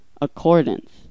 Accordance